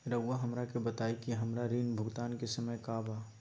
रहुआ हमरा के बताइं कि हमरा ऋण भुगतान के समय का बा?